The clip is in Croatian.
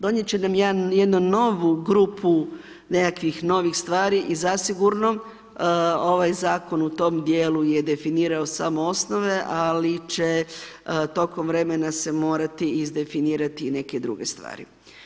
Donijeti će nam jednu novu grupu nekakvih novi stvari i zasigurno, ovaj zakon, u tom dijelu je definirao samo osnove, ali će tokom vremena se morati iz definirati i neke druge stvari.